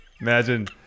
Imagine